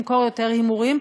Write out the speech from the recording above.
למכור יותר הימורים,